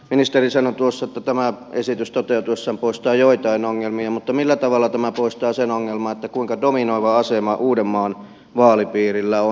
ministeri sanoi tuossa että tämä esitys toteutuessaan poistaa joitain ongelmia mutta millä tavalla tämä poistaa sen ongelman kuinka dominoiva asema uudenmaan vaalipiirillä on